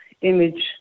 image